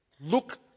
Look